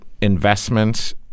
investments